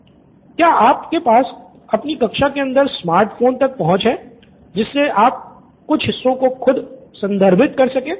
student 1 क्या आपके पास अपनी कक्षा के अंदर स्मार्ट फोन तक पहुंच है जिससे कि आप कुछ हिस्सों को खुद संदर्भित कर सके